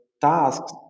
tasks